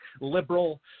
liberal